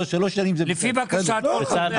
זה צו של השר.